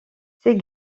ses